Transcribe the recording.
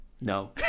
No